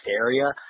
area